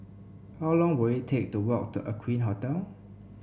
how long will it take to walk Aqueen Hotel